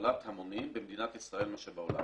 להובלת המונים במדינת ישראל מאשר בעולם.